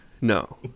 no